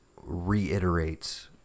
reiterates